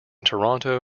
toronto